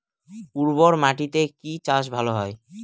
উর্বর মাটিতে কি চাষ ভালো হয়?